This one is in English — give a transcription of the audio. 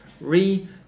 re